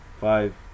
Five